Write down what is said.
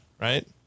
right